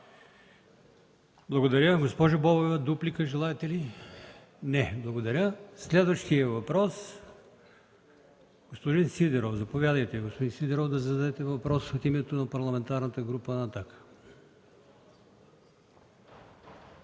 Благодаря. Госпожо Бобева, желаете ли дуплика? Не. Благодаря. Следващият въпрос е от господин Сидеров. Заповядайте, господин Сидеров, да зададете въпрос от името на Парламентарната група на